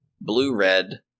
blue-red